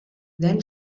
then